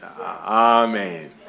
Amen